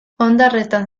ondarretan